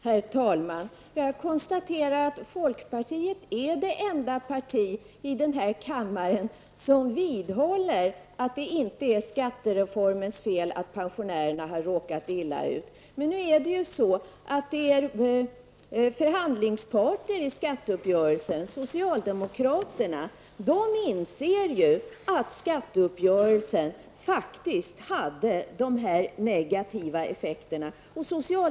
Herr talman! Jag konstaterar att folkpartiet är det enda parti i den här kammaren som vidhåller att det inte är skattereformens fel att pensionärerna har råkat illa ut. Men er förhandlingspartner i skatteuppgörelsen, socialdemokraterna, inser att skatteuppgörelsen faktiskt har de här negativa effekterna.